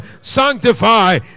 Sanctify